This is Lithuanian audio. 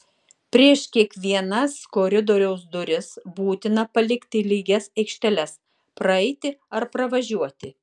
prieš kiekvienas koridoriaus duris būtina palikti lygias aikšteles praeiti ar pravažiuoti